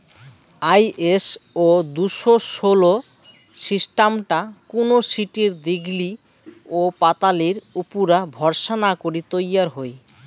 ISO দুশো ষোল সিস্টামটা কুনো শীটের দীঘলি ওপাতালির উপুরা ভরসা না করি তৈয়ার হই